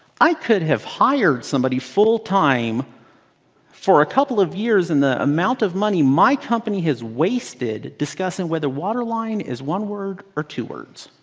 i could have hired somebody full time for a couple of years and the amount of money my company has wasted discussing whether waterline is one word or two words.